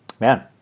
man